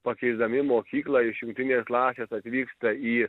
pakeisdami mokyklą iš jungtinės klasės atvyksta į